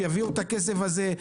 שיביאו את הכסף הזה,